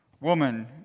woman